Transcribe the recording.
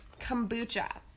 kombucha